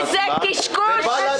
זה קשקוש.